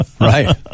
Right